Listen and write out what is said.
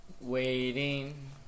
Waiting